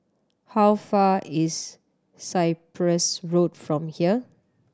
how far is Cyprus Road from here